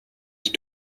die